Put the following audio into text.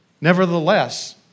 Nevertheless